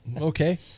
Okay